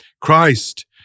Christ